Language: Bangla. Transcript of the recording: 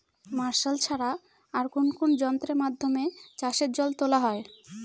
মার্শাল ছাড়া আর কোন কোন যন্ত্রেরর মাধ্যমে চাষের জল তোলা হয়?